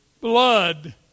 blood